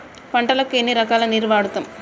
పంటలకు ఎన్ని రకాల నీరు వాడుతం?